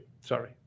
Sorry